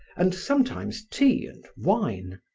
and sometimes tea and wine,